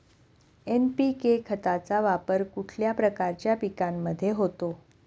NPK खताचा वापर कुठल्या प्रकारच्या पिकांमध्ये होतो?